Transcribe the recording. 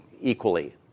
equally